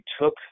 took